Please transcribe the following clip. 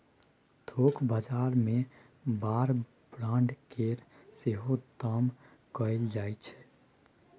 थोक बजार मे बार ब्रांड केँ सेहो दाम कएल जाइ छै